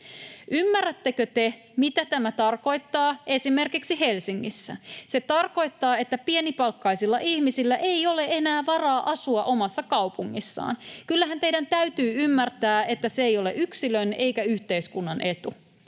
Ymmärrättekö te, mitä tämä tarkoittaa esimerkiksi Helsingissä? Se tarkoittaa, että pienipalkkaisilla ihmisillä ei ole enää varaa asua omassa kaupungissaan. Kyllähän teidän täytyy ymmärtää, että se ei ole yksilön eikä yhteiskunnan etu.